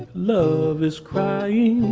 love is crying